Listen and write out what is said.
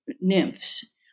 nymphs